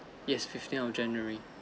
yes fifteen of january